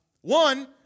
One